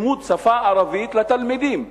לימוד השפה הערבית לתלמידים.